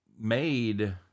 made